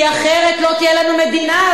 כי אחרת לא תהיה לנו מדינה,